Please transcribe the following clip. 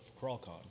CrawlCon